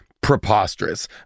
Preposterous